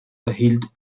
erhielt